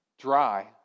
Dry